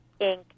Inc